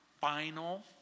final